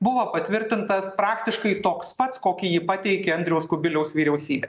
buvo patvirtintas praktiškai toks pats kokį ji pateikė andriaus kubiliaus vyriausybė